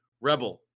Rebel